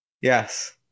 Yes